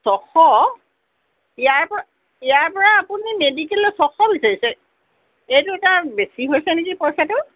ছশ ইয়াৰপৰা ইয়াৰপৰা আপুনি মেডিকেললৈ ছশ বিচাৰিছে এইটো এটা বেছি হৈছে নেকি পইচাটো